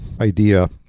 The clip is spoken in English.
idea